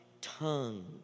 tongue